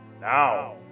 Now